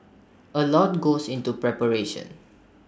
A lot goes into preparation